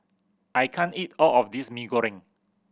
I can't eat all of this Mee Goreng